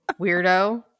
weirdo